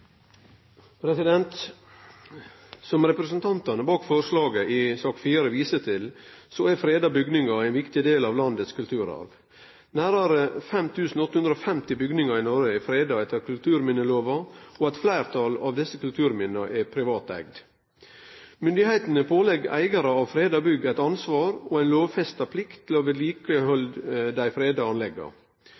freda bygningar ein viktig del av landets kulturarv. Nærmare 5 850 bygningar i Noreg er freda etter kulturminnelova, og eit fleirtal av desse kulturminna er privateigd. Myndigheitene pålegg eigarar av freda bygg eit ansvar og ei lovfesta plikt til å vedlikehalde dei freda anlegga.